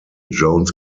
jones